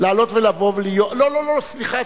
לעלות ולבוא, סליחה,